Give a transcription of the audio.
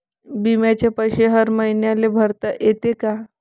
बिम्याचे पैसे हर मईन्याले भरता येते का?